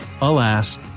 Alas